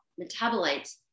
metabolites